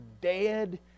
dead